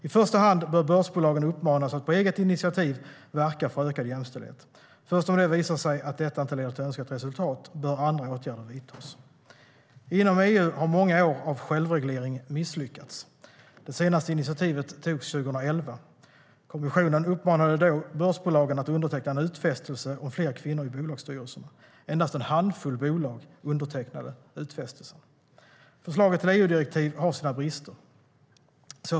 I första hand bör börsbolagen uppmanas att på eget initiativ verka för ökad jämställdhet. Först om det visar sig att detta inte leder till önskat resultat bör andra åtgärder vidtas. Inom EU har många år av självreglering misslyckats. Det senaste initiativet togs 2011. Kommissionen uppmanade då börsbolagen att underteckna en utfästelse om fler kvinnor i bolagsstyrelserna. Endast en handfull bolag undertecknade utfästelsen. Förslaget till EU-direktiv har sina brister.